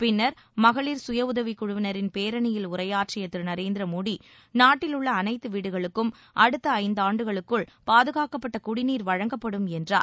பின்னர் மகளிர் சுயஉதவிக்குழுவினரின் பேரணியில் உரையாற்றிய திரு நரேந்திர மோடி நாட்டிலுள்ள அனைத்து வீடுகளுக்கும் அடுத்த ஐந்தாண்டுகளுக்குள் பாதுகாக்கப்பட்ட குடிநீர் வழங்கப்படும் என்றார்